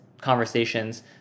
conversations